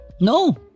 No